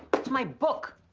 it's my book.